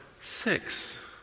Six